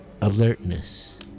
alertness